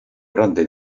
grande